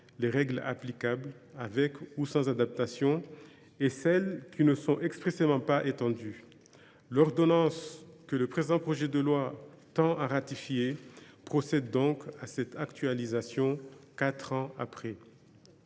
les règles applicables, avec ou sans adaptations, et celles qui ne sont expressément pas étendues. L’ordonnance, que le présent projet de loi tend à ratifier, opère donc cette actualisation quatre ans après.